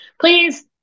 please